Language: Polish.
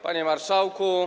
Panie Marszałku!